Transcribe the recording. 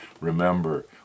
Remember